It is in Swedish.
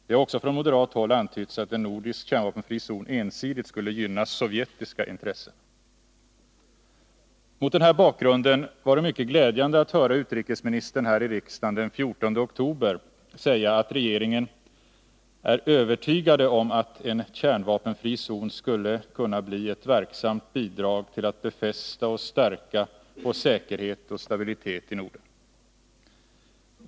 Det har också från moderat håll antytts att en nordisk kärnvapenfri zon ensidigt skulle gynna sovjetiska intressen. Mot den här bakgrunden var det mycket glädjande att höra utrikesministern häri riksdagen den 14 oktober säga att regeringen är övertygad om att en kärnvapenfri zon skulle kunna bli ett verksamt bidrag till att befästa och stärka vår säkerhet och stabilitet i Norden.